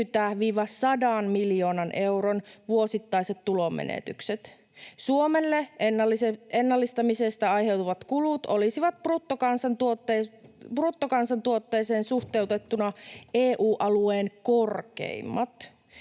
50—100 miljoonan euron vuosittaiset tulonmenetykset. Suomelle ennallistamisesta aiheutuvat kulut olisivat bruttokansantuotteeseen suhteutettuna EU-alueen korkeimmat,